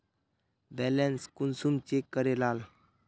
Balance कुंसम check करे लाल?